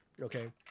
Okay